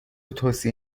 توصیه